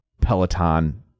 Peloton